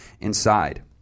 inside